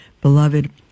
Beloved